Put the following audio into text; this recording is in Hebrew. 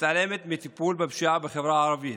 מתעלמת מטיפול בפשיעה בחברה הערבית,